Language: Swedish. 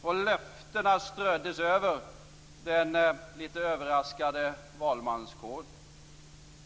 Och löftena ströddes över den lite överraskade valmanskåren.